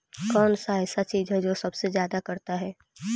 कौन सा ऐसा चीज है जो सबसे ज्यादा करता है?